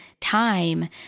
time